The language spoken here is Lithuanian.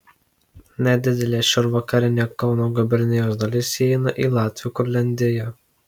nedidelė šiaurvakarinė kauno gubernijos dalis įeina į latvių kurliandiją